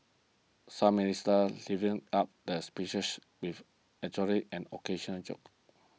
some ministers livened up the speeches with actually and occasional joke